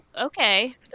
Okay